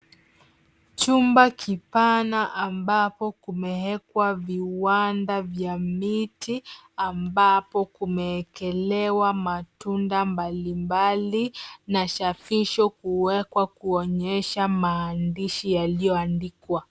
Chumba kipana ambapo kumeekwa viwanda vya miti, ambapo kumeekelewa matunda mbali mbali, na chapisho kuekwa kuonyesha maandishi yaliyoandikwa.